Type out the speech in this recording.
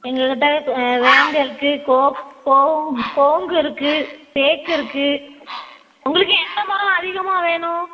எங்கள் கிட்டே வேங்கை இருக்குது கோ கோவம் கோங்கு இருக்குது தேக்கு இருக்குது உங்களுக்கு என்ன மரம் அதிகமாக வேணும்